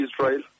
Israel